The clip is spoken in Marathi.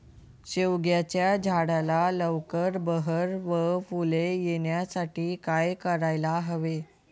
शेवग्याच्या झाडाला लवकर बहर व फूले येण्यासाठी काय करायला हवे?